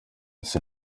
ese